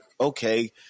okay